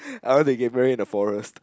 I wanna get married in the forest